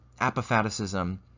apophaticism